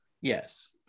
Yes